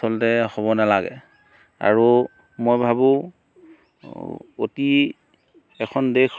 আচলতে হ'ব নালাগে আৰু মই ভাবো অতি এখন দেশ